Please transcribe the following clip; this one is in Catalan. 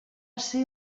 ser